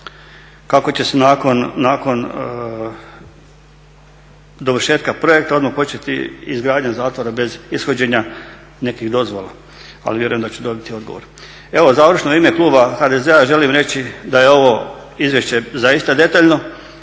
kako će se nakon dovršetka projekta odmah početi izgradnja zatvora bez ishođenja nekih dozvola ali vjerujem da ću dobiti odgovor. Evo završno u ime kluba HDZ-a želim reći da je ovo izvješće zaista detaljno